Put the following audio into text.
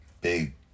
big